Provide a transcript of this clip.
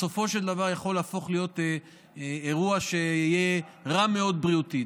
בסופו של דבר יכול להפוך להיות אירוע שיהיה רע מאוד בריאותית.